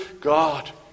God